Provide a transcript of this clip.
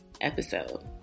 episode